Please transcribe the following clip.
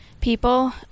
people